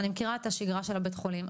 אני מכירה את השגרה של הבית חולים,